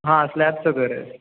हां स्लॅबचं घर आहे